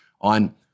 on